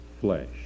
flesh